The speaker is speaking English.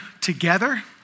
Together